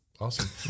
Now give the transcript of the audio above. Awesome